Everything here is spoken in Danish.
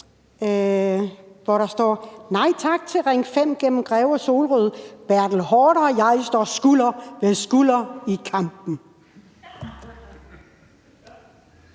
hvor der står: Nej tak til Ring 5 gennem Greve og Solrød. Bertel Haarder og jeg står skulder ved skulder i kampen.